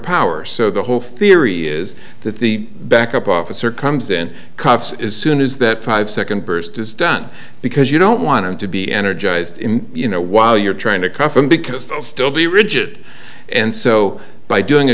power so the whole theory is that the backup officer comes in cuffs as soon as that five second burst is done because you don't want him to be energized you know while you're trying to cuff him because they'll still be rigid and so by doing a